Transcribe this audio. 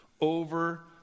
over